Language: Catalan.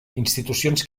institucions